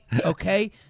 Okay